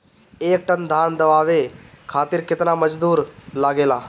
एक टन धान दवावे खातीर केतना मजदुर लागेला?